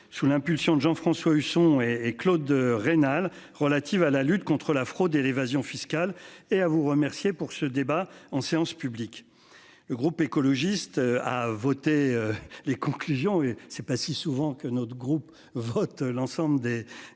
Sous l'impulsion de Jean-François Husson et et Claude Raynal relative à la lutte contre la fraude et l'évasion fiscale et à vous remercier pour ce débat en séance publique. Le groupe écologiste a voté les conclusions c'est pas si souvent que notre groupe vote l'ensemble des des des